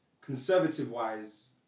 Conservative-wise